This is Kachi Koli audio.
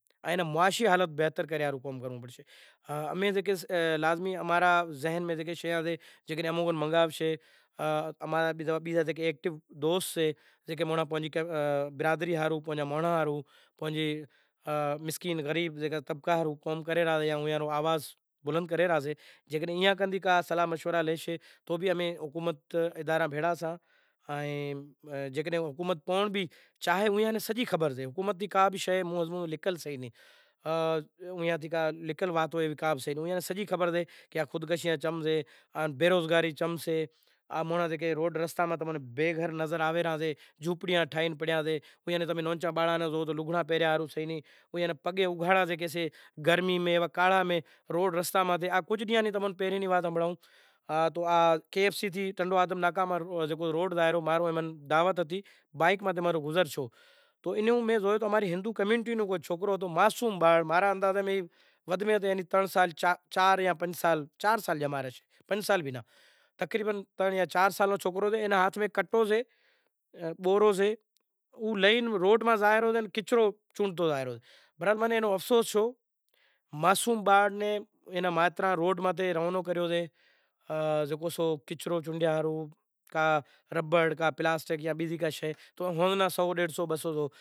ویواہ بیواہ سئہ، لگن سئہ تو کوئی منگنڑی سئہ ایوی ایوی چیزاں را دھرم رے بارا میں سمجھانڑی ہلانسے کی بھئی خاص کرے قوم ناں سجاگ کراسےئ کی جیکو بھ تھائے وڈیاری قوم ہماری آگر آوے تو اماں رے آونڑا ری نسل کجھ سجاگ ہوئے، غلامی تے چھیڑے ہوئے، غلامی تو ہماں رے موٹاں تو جام کری ہماں ری کوشش تو اے لاگل پڑی سے کہ ہماں ری نسلوں غلامی ناں کرے۔ جیکو بھی سئہ امیں پانجو کام دھندھو کراں سئے، ہر چیز کراں پسے امیں غلامی کراں سئے پر فائدو کوئی ناں سئے۔ ای اماںری کوشش لاگل پڑی سئے کہ ہماں ری قوم وڈیاری قوم جیکو سئہ اے ناں اماں آگر لائیسیں، بنیوں سئے آز تو تھی ہوارے نتھی، خاص کرے ہنر سئے تعلیم سئے ایوی ایوی چیزوں جیکو کوئی ڈاکٹری میں لاگیتھو، کوئی منڈی میں لاگیتھو، کوئی ہنر میں لاگیتھو کوئی شیکھوا لاگیتھو مچلب کجھ ناں کجھ رکشا تے ایوا نمونے گزارو کرے مطلب پانھنجو سسٹم ٹھاوو سئے۔ ای اماں ری کوشش لاگل پڑی سے کہ جیکو بھی سئہ ودھ میں ودھ وڈیارا قوم جیکو بھی سئہ ای آگر آوے آن اماں رے آوانڑا ری نسل جیکو سئہ ای کامیاب تھیاوے۔ کامیابی رو مطلب ای سئے کہ امیں تو فاٹل لگڑاں میں زندگی کاٹی سئے مگر اماں را اولاد باڑاں ناں سجاگ کراں، خاص کرے کو ڈاکٹر ہوئے ماستر تھائے تو کوئی ایوا نمونے تی امیں پرماتما نیں پرارتھنا کراں سئہ کہ اماں ری قوم جیکو بھی سئہ پوئتے سئہ کجھ تھاں رو آشریواد ہوئے تمیں آگر لاوا چاہیا سئے جیکو بھی پرماتما ری طرح جیکو بھی سئہ ای اماں ری ہیلپ وغیرا جیکو بھی سئے ایں اماں ری قوم